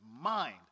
mind